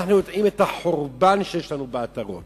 אנחנו יודעים את החורבן שיש לנו בעטרות.